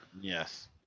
Yes